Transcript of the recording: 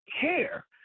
care